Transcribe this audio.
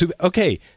Okay